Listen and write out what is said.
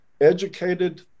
educated